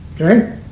Okay